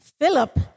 Philip